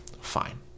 Fine